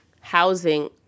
housing